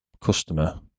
customer